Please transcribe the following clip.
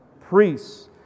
priests